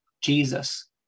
Jesus